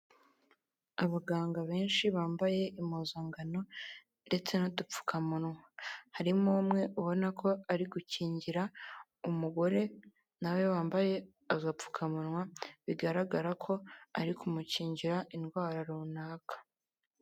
Abaganga benshi bambaye impuzangano ndetse n'udupfukamunwa, harimo umwe ubona ko ari gukingira umugore na we wambaye agapfukamunwa, bigaragara ko ari kumukingira indwara runaka.